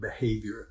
behavior